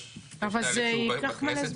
יש תהליך בכנסת,